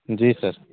जी sir